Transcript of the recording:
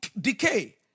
decay